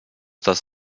das